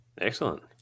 excellent